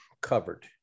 covered